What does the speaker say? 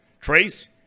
Trace